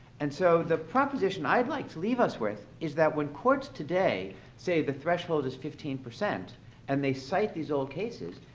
and so, the proposition i'd like to leave us with is that, when courts today say the threshold is fifteen, and they cite these old cases,